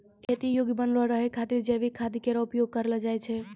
खेती योग्य बनलो रहै खातिर जैविक खाद केरो उपयोग करलो जाय छै